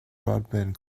broadband